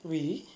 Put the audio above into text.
really